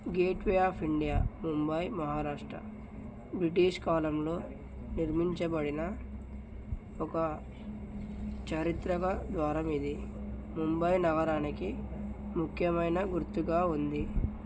gateway of India Mumbai Maharashtra British కాలంలో నిర్మించబడిన ఒక చారిత్రక ద్వారం ఇది ముంబై నగరానికి ముఖ్యమైన గుర్తుగా ఉంది